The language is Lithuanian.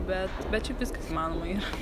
bet bet šiaip viskas įmanoma yra